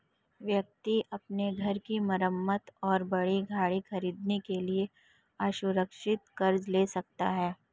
व्यक्ति अपने घर की मरम्मत और बड़ी गाड़ी खरीदने के लिए असुरक्षित कर्ज ले सकता है